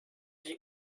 die